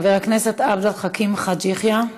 חבר הכנסת עבד אל חכים חאג' יחיא,